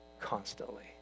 constantly